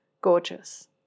gorgeous